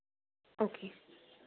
okay